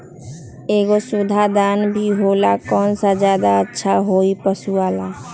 एगो सुधा दाना भी होला कौन ज्यादा अच्छा होई पशु ला?